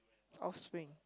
offspring